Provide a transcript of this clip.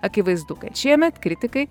akivaizdu kad šiemet kritikai